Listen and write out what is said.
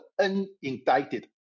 unindicted